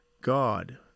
god